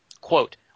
Quote